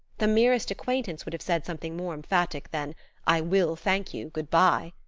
the merest acquaintance would have said something more emphatic than i will, thank you good-by,